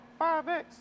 5X